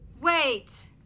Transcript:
Wait